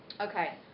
Okay